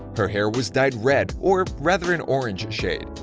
her hair was dyed red, or rather an orange shade,